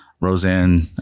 Roseanne